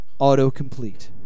Autocomplete